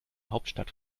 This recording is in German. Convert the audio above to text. hauptstadt